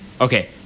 Okay